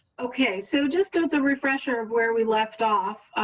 okay. so just as a refresher of where we left off.